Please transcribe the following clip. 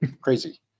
crazy